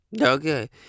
okay